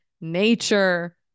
nature